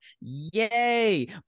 Yay